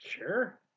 sure